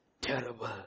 terrible